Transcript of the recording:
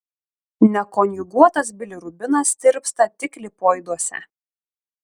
nekonjuguotas bilirubinas tirpsta tik lipoiduose